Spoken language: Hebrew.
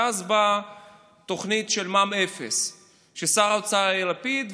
ואז באה תוכנית מע"מ אפס של שר האוצר יאיר לפיד,